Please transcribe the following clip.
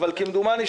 אבל כמדומני,